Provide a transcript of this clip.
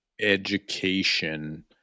education